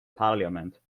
parliament